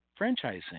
franchising